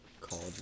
called